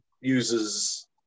uses